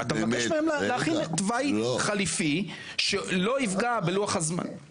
אתה מבקש מהם להכין תוואי חליפי שלא יפגע בלוח הזמנים.